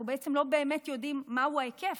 אנחנו לא באמת יודעים מהו ההיקף,